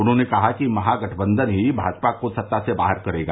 उन्होंने कहा कि महागठबंधन ही भाजपा को सत्ता से बाहर करेगा